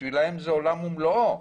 בשבילם זה עולם ומלואו.